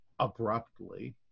abruptly